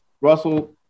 Russell